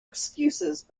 excuses